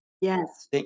Yes